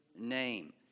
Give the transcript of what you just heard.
name